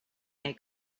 they